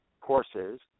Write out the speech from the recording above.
courses